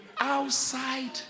outside